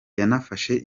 yanafashe